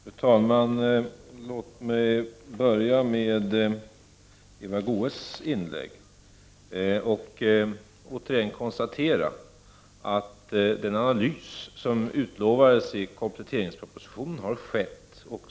Fru talman! Jag vänder mig först till Eva Goés och konstaterar åter att den analys som utlovades i kompletteringspropositionen har gjorts.